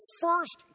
first